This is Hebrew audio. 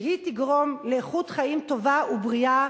שהיא תגרום לאיכות חיים טובה ובריאה